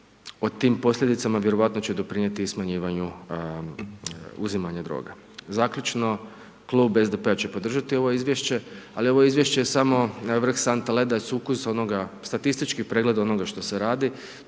o tim posljedicama vjerojatno će doprinijeti i smanjivanju uzimanja droga. Zaključno, klub SDP-a će podržati ovo izvješće ali ovo je izvješće samo vrh sante leda, sukus onoga, statistički pregled onoga što se radi.